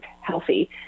healthy